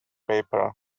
paper